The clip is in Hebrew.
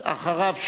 ואחריו,